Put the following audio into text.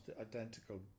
identical